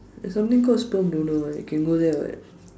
there's something called sperm donor what they can go there what